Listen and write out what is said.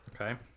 Okay